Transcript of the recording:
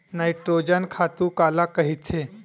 Nitrogen खातु काला कहिथे?